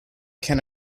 can